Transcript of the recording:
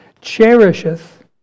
cherisheth